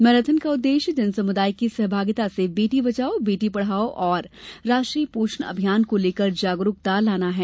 marathon का उदेश्य जन समुदाय की सहभागिता से बेटी बचाओ बेटी पढाओ एवं राष्ट्रीय पोषण अभियान को लेकर जागरुकता लाना है